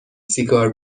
سیگار